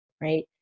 right